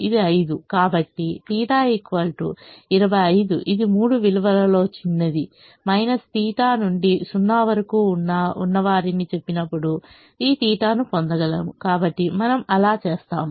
కాబట్టి θ 25 ఇది మూడు విలువలలో చిన్నది θ నుండి 0 వరకు ఉన్నవారిని చెప్పినప్పుడు ఈ θ ను పొందగలము కాబట్టి మనము అలా చేస్తాము